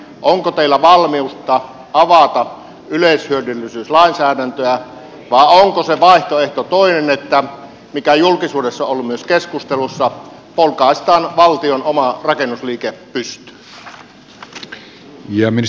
onko teillä valmiutta avata yleishyödyllisyyslainsäädäntöä vai onko se vaihtoehto toinen mikä julkisuudessa on ollut myös keskustelussa että polkaistaan valtion oma rakennusliike pystyyn